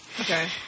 Okay